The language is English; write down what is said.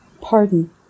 pardon